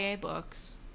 books